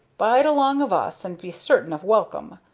bide along of us, and be certain of welcome.